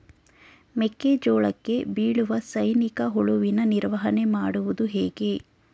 ಮೆಕ್ಕೆ ಜೋಳಕ್ಕೆ ಬೀಳುವ ಸೈನಿಕ ಹುಳುವಿನ ನಿರ್ವಹಣೆ ಮಾಡುವುದು ಹೇಗೆ?